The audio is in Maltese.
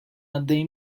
għaddej